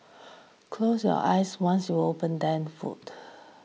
close your eyes once you open them food